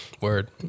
Word